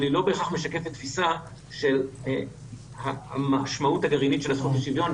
אבל היא לא בהכרח משקפת תפיסה של המשמעות הגרעינית של הזכות לשוויון,